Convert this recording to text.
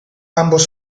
ambos